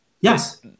Yes